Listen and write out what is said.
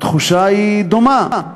התחושה היא דומה.